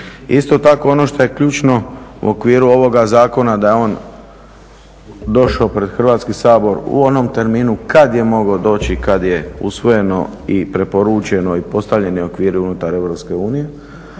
Isto tako ono što je ključno u okviru ovoga zakona da je on došao pred Hrvatski sabor u onom terminu kad je mogao doći, kad je usvojeno i preporučeno i postavljeni okviri unutar EU,